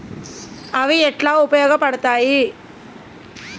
అవి ఎట్లా ఉపయోగ పడతాయి?